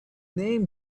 name